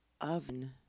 oven